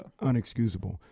unexcusable